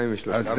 ושניים ושלושה,